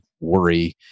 worry